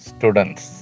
Students